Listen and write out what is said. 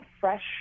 fresh